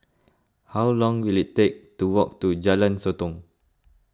how long will it take to walk to Jalan Sotong